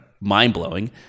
mind-blowing